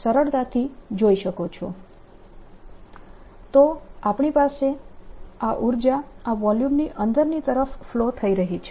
S10EB10ρIa20I2πaI222a3n તો આપણી પાસે આ ઉર્જા આ વોલ્યુમની અંદરની તરફ ફ્લો થઇ રહી છે